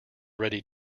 ready